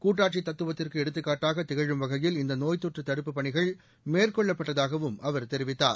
கூட்டாட்சி தத்துவத்திற்கு எடுத்துக்காட்டாக திகழும் வகையில் இந்த நோய் தொற்று தடுப்புப் பணிகள் மேற்கொள்ளப்பட்டதாகவும் அவர் தெரிவித்தார்